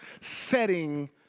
setting